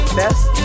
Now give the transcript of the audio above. best